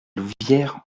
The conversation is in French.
louvière